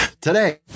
Today